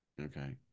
Okay